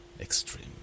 extreme